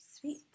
sweet